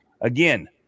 Again